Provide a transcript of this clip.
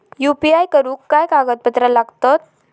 UPI करुक काय कागदपत्रा लागतत?